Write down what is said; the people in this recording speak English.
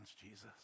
Jesus